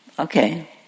Okay